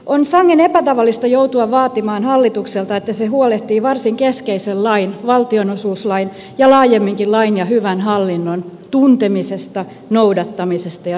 on sangen epätavallista joutua vaatimaan hallitukselta että se huolehtii varsin keskeisen lain valtionosuuslain ja laajemminkin lain ja hyvän hallinnon tuntemisesta noudattamisesta ja soveltamisesta